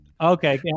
Okay